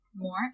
more